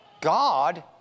God